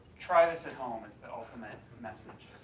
try this at home is the ultimate message.